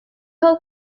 whole